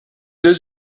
deux